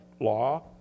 law